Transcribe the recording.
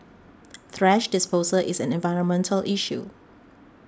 thrash disposal is an environmental issue